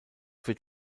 wird